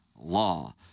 law